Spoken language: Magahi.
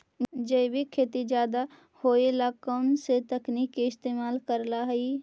जैविक खेती ज्यादा होये ला कौन से तकनीक के इस्तेमाल करेला हई?